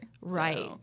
Right